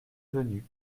venue